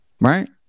right